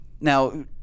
now